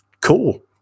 Cool